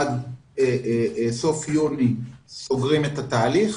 עד סוף יוני סוגרים את התהליך,